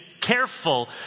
careful